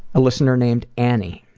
a listener named annie.